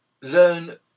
learn